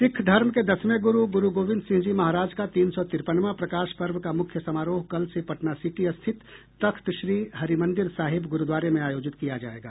सिख धर्म के दसवें ग्रूर ग्रूगोविंद सिंह जी महाराज का तीन सौ तिरपनवां प्रकाश पर्व का मुख्य समारोह कल से पटना सिटी स्थित तख्तश्री हरिमंदिर साहिब गुरूद्वारे में आयोजित किया जायेगा